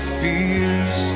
fears